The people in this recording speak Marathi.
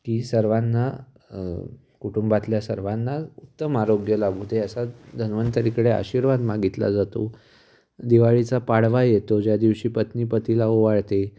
की सर्वांना कुटुंबातल्या सर्वांना उत्तम आरोग्य लागू दे असा धन्वंतरीकडे आशीर्वाद मागितला जातो दिवाळीचा पाडवा येतो ज्या दिवशी पत्नी पतीला ओवाळते